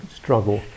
struggle